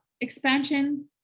expansion